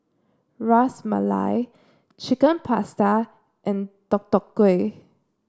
Ras Malai Chicken Pasta and Deodeok Gui